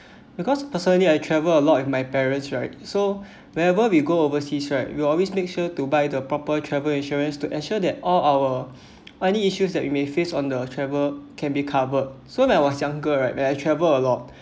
because personally I travel a lot with my parents right so whenever we go overseas right you always make sure to buy the proper travel insurance to ensure that all our money issues that you may face on the travel can be covered so when I was younger right when I travel a lot